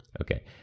Okay